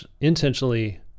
intentionally